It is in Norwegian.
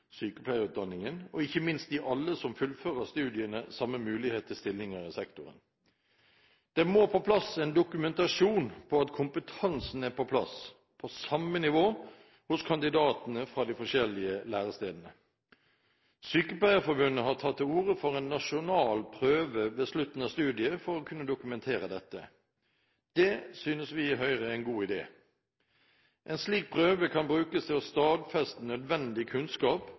sykepleierutdanningen, og ikke minst gi alle som fullfører studiene, samme mulighet til stillinger i sektoren. Det må på plass en dokumentasjon på at kompetansen er på plass, på samme nivå, hos kandidatene fra de forskjellige lærestedene. Sykepleierforbundet har tatt til orde for en nasjonal prøve ved slutten av studiet for å kunne dokumentere dette. Det synes vi i Høyre er en god idé. En slik prøve kan brukes til å stadfeste nødvendig kunnskap